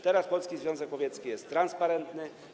Teraz Polski Związek Łowiecki jest transparentny.